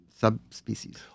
subspecies